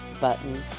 button